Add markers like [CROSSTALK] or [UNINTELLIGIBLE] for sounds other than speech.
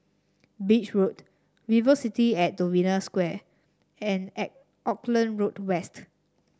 Beach Road Velocity at the Novena Square and [UNINTELLIGIBLE] Auckland Road West